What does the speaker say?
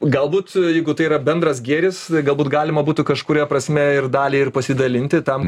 galbūt jeigu tai yra bendras gėris galbūt galima būtų kažkuria prasme ir dalį ir pasidalinti tam